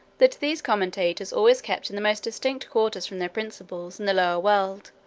that these commentators always kept in the most distant quarters from their principals, in the lower world,